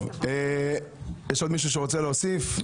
טוב, יש עוד מישהו שרוצה להוסיף?